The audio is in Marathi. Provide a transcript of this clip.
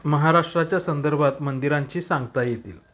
महाराष्ट्राच्या संदर्भात मंदिरांची सांगता येतील